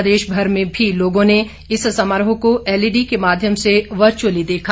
प्रदेशभर में लोगों ने इस समारोह को एलईडी के माध्यम से वर्चुअली देखा